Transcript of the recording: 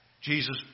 Jesus